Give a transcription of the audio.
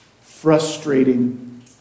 frustrating